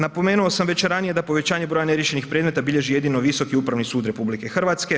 Napomenuo sam već ranije da povećanje broja neriješenih predmeta bilježi jedino Visoki upravni sud RH.